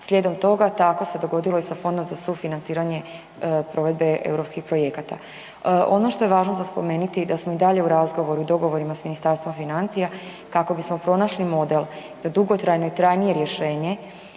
Slijedom toga tako se dogodilo i sa Fondom za sufinanciranje provedbe europskih projekata. Ono što je važno za spomenuti je da smo i dalje u razgovoru i dogovorima sa Ministarstvom financija kako bismo pronašli model za dugotrajne i trajnije rješenje